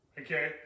Okay